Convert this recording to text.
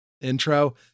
intro